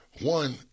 one